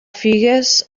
figues